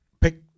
pick